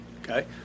Okay